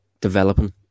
developing